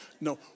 No